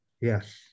yes